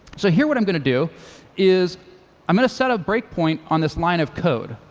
so here what i'm going to do is i'm going to set a breakpoint on this line of code,